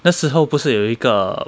那时候不是有一个